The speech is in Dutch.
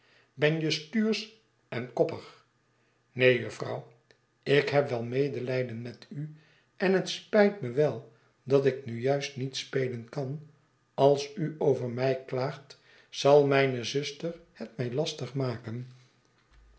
ben je stuursch en koppig neen jufvrouw ik heb wel medelijden met u en het spijt me wel dat ik nu juist niet spelen kan als u over mij klaagt zal mijne zuster het mij lastig maken